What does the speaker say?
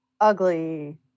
Ugly